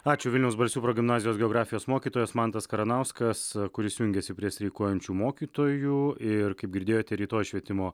ačiū vilniaus balsių progimnazijos geografijos mokytojas mantas karanauskas kuris jungiasi prie streikuojančių mokytojų ir kaip girdėjote rytoj švietimo